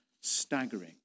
staggering